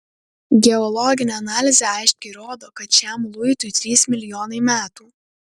geologinė analizė aiškiai rodo kad šiam luitui trys milijonai metų